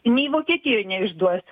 nei vokietijoj neišduos